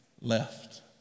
left